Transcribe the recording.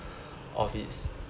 of its